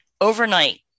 overnight